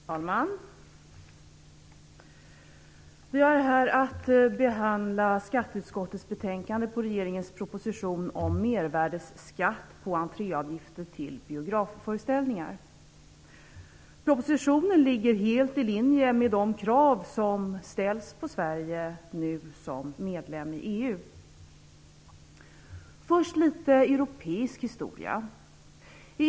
Herr talman! Vi har här att behandla skatteutskottets betänkande till regeringens proposition om mervärdesskatt på entréavgifter till biografföreställningar. Propositionen ligger helt i linje med de krav som nu ställs på Sverige som medlem i EU. Jag vill först ta upp litet europeisk historia.